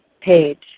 page